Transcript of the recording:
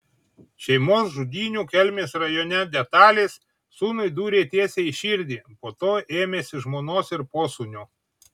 šeimos žudynių kelmės rajone detalės sūnui dūrė tiesiai į širdį po to ėmėsi žmonos ir posūnio